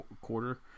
quarter